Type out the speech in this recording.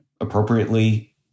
appropriately